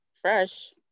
fresh